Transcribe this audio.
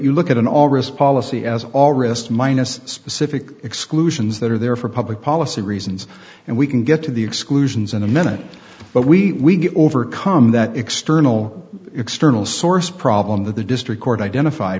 you look at an all wrist policy as all wrist minus specific exclusions that are there for public policy reasons and we can get to the exclusions in a minute but we overcome that external external source problem that the district court identif